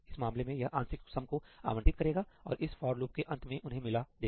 इस मामले में यह आंशिक सम को आवंटित करेगा और इस फॉर लूप के अंत में उन्हें मिला देगा